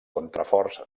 contraforts